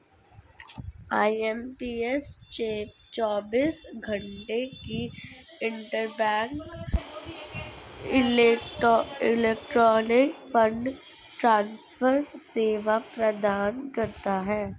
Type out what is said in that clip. IMPS चौबीस घंटे की इंटरबैंक इलेक्ट्रॉनिक फंड ट्रांसफर सेवा प्रदान करता है